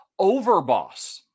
Overboss